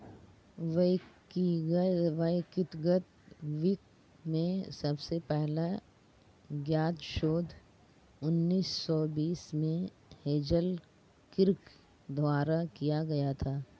व्यक्तिगत वित्त में सबसे पहला ज्ञात शोध उन्नीस सौ बीस में हेज़ल किर्क द्वारा किया गया था